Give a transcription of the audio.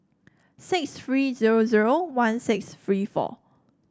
six three zero zero one six three four